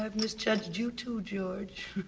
ah misjudged you too george